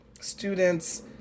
students